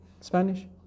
Spanish